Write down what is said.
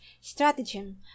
stratagem